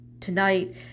tonight